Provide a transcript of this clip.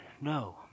No